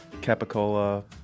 capicola